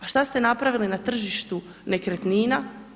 A što ste napravili na tržištu nekretnina?